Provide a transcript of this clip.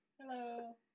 Hello